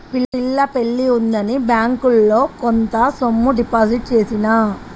పిల్ల పెళ్లి ఉందని బ్యేంకిలో కొంత సొమ్ము డిపాజిట్ చేసిన